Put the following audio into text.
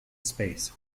space